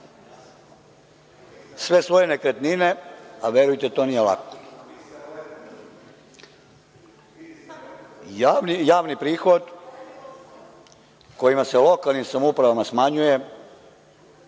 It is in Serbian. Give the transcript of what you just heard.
sve svoje nekretnine, a verujte, to nije lako. Javni prihod kojima se lokalnim samoupravama smanjuje,